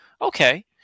Okay